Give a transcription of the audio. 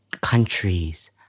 countries